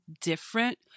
different